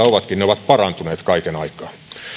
ovatkin parantuneet kaiken aikaa